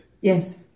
yes